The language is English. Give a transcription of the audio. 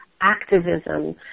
activism